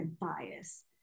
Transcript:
bias